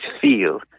feel